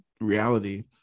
reality